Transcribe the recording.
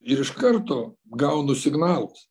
ir iš karto gaunu signalus